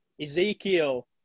Ezekiel